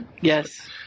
Yes